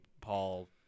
Paul